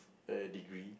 a degree